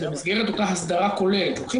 שבמסגרת אותה הסדרה כוללת לוקחים